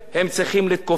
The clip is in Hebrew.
צריכים להתיישר,